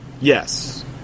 yes